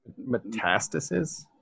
Metastases